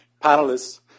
panelists